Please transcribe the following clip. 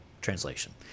translation